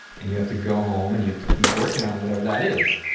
and you have to go home and you have to keep working on whatever that is.